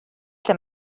lle